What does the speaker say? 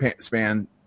span